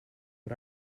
but